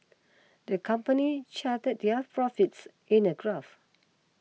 the company charted their profits in a graph